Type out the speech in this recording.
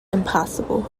impossible